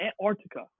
Antarctica